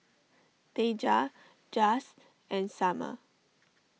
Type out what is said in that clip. Deja Jase and Summer